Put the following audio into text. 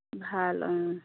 ভাল অঁ